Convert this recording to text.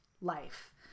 life